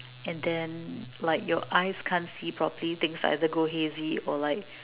and then like your eyes can't see properly things either go hazy or like